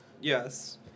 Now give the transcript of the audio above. Yes